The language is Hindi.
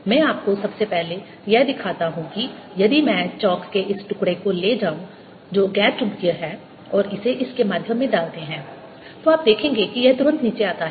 मैं आपको सबसे पहले यह दिखाता हूं कि यदि मैं चाक के इस टुकड़े को ले जाऊं जो गैर चुंबकीय है और इसे इसके माध्यम से डालते हैं तो आप देखेंगे कि यह तुरंत नीचे आता है